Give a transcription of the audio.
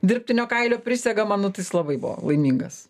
dirbtinio kailio prisegamą nu tai jis labai buvo laimingas